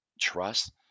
trust